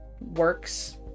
works